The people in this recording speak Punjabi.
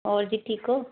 ਹੋਰ ਜੀ ਠੀਕ ਹੋ